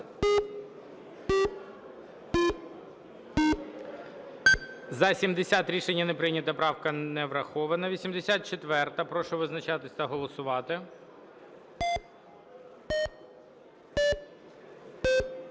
За-60 Рішення не прийнято. Правка не врахована. 3136. Прошу визначатись та голосувати.